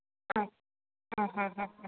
ആ ആ ഹാ ഹാ ഹ